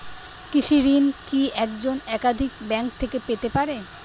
কৃষিঋণ কি একজন একাধিক ব্যাঙ্ক থেকে পেতে পারে?